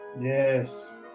Yes